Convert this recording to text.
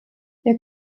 ihr